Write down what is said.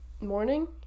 morning